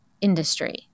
industry